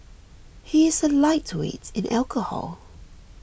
he is a lightweight in alcohol